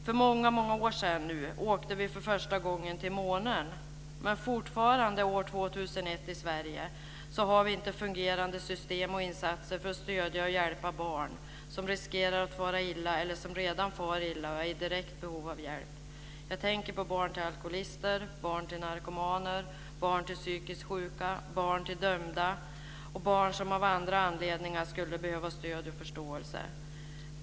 För många år sedan åkte vi för första gången till månen, men fortfarande år 2001 i Sverige har vi inte fungerande system och insatser för att stödja och hjälpa barn som riskerar att fara illa eller som redan far illa och är i direkt behov av hjälp. Jag tänker på barn till alkoholister, barn till narkomaner, barn till psykiskt sjuka, barn till dömda och barn som av andra anledningar skulle behöva stöd och förståelse.